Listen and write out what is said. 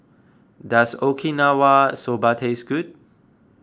does Okinawa Soba taste good